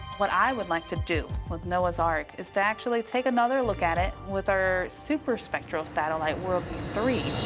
what i would like to do with noah's ark is to actually take another look at it with our super-spectral satellite, worldview three.